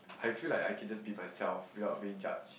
I feel like I can just be myself without being judged